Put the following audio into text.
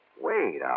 Wait